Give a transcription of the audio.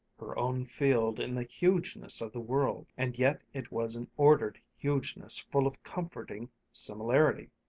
her own field in the hugeness of the world. and yet it was an ordered hugeness full of comforting similarity!